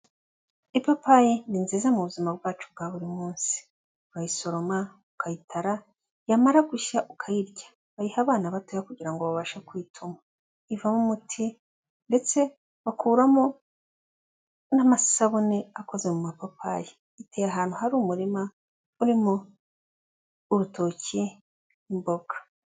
Ipapayi ni nziza mu buzima bwacu bwa buri munsi, urayisoroma, ukayitara, yamara gushya ukayirya, bayiha abana batoya kugira ngo babashe kwituma, ivamo umuti ndetse bakuramo n'amasabune akoze mu mapapayi, iteye ahantu hari umurima urimo urutoki n'imboga.